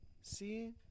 See